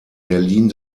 berlin